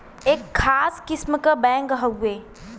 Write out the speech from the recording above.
एक खास किस्म क बैंक हउवे